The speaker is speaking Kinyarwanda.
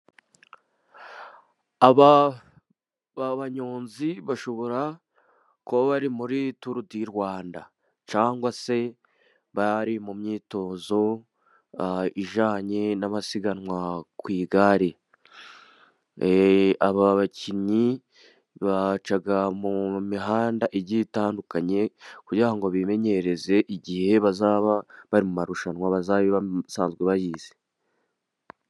Aba banyonzi bashobora kuba bari muri turi di Rwanda, cyangwa se bari mu myitozo ijyanye n'amasiganwa ku igare .Aba bakinnyi baca mu mihanda igiye itandukanye ,kugira ngo bimenyereze, igihe bazaba bari mu marushanwa ,bazabe basanzwe bayizi.